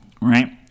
right